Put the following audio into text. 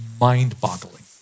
mind-boggling